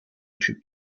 typ